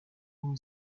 who